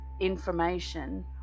information